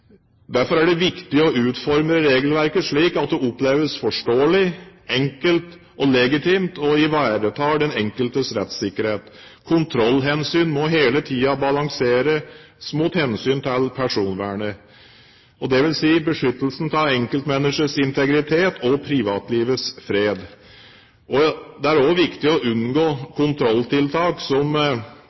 Derfor er det viktig å utforme regelverket slik at det oppleves forståelig, enkelt og legitimt og ivaretar den enkeltes rettssikkerhet. Kontrollhensyn må hele tiden balanseres mot hensynet til personvernet, dvs. beskyttelsen av enkeltmenneskets integritet og privatlivets fred. Det er også viktig å unngå kontrolltiltak som